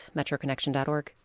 metroconnection.org